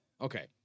okay